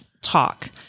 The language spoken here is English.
talk